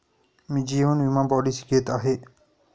मी जीवन विमा पॉलिसी घेत आहे